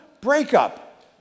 breakup